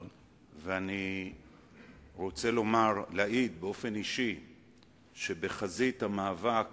אני רוצה להעיד באופן אישי שראיתי אותך בפעולה מקרוב בחזית המאבק